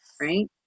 right